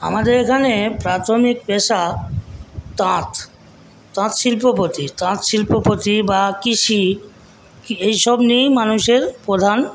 আমাদের এখানে প্রাথমিক পেশা তাঁত তাঁত শিল্পপতি তাঁত শিল্পপতি বা কৃষি এইসব নিয়েই মানুষের প্রধান